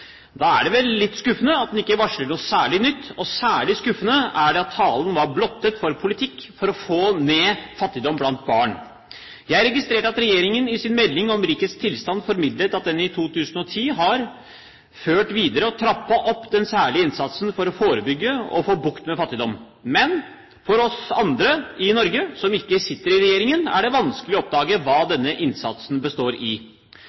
Da er det litt skuffende at den ikke varsler noe særlig nytt. Særlig skuffende er det at talen var blottet for politikk for å få ned fattigdom blant barn. Jeg registrerte at regjeringen i sin melding om rikets tilstand formidlet at den i 2010 har ført videre og trappet opp den særlige innsatsen for å forebygge og få bukt med fattigdom. Men for oss andre i Norge, som ikke sitter i regjeringen, er det vanskelig å oppdage hva denne innsatsen består i.